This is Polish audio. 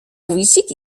wójcik